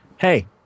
Hey